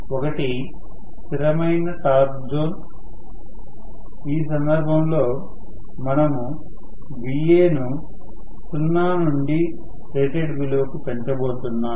ఒకటి స్థిరమైన torque zone ఈ సందర్భంలో మనం Va ను సున్నా నుండి రేటెడ్ విలువకు పెంచబోతున్నాం